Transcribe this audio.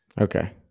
Okay